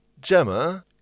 Gemma